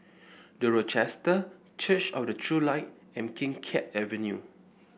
The Rochester Church of the True Light and Kim Keat Avenue